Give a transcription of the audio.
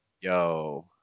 Yo